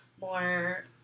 more